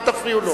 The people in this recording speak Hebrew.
אל תפריעו לו.